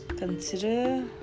Consider